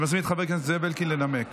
אני מזמין את חבר הכנסת זאב אלקין לנמק.